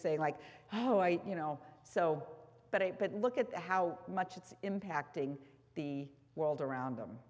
say like oh i you know so but it but look at how much it's impacting the world around them